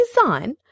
Design